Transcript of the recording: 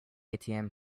atm